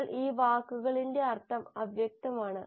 എന്നാൽ ഈ വാക്കിന്റെ അർത്ഥം അവ്യക്തമാണ്